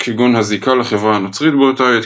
כגון הזיקה לחברה הנוצרית באותה עת,